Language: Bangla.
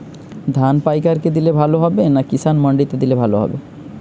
ধান পাইকার কে দিলে ভালো হবে না কিষান মন্ডিতে দিলে ভালো হবে?